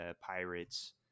pirates